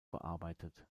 bearbeitet